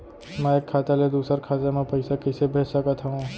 मैं एक खाता ले दूसर खाता मा पइसा कइसे भेज सकत हओं?